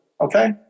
Okay